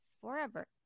forever